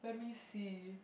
let me see